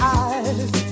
eyes